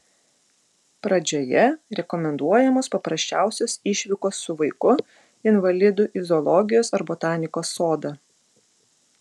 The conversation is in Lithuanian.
pradžioje rekomenduojamos paprasčiausios išvykos su vaiku invalidu į zoologijos ar botanikos sodą